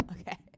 Okay